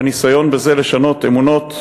והניסיון בזה לשנות אמונות ודעות,